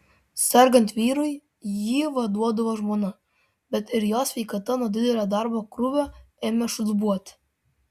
sergant vyrui jį vaduodavo žmona bet ir jos sveikata nuo didelio darbo krūvio ėmė šlubuoti